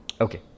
Okay